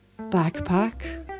backpack